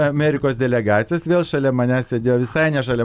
amerikos delegacijos vėl šalia manęs sėdėjo visai ne šalia